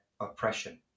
oppression